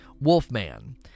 Wolfman